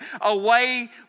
away